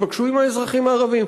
תיפגשו עם האזרחים הערבים.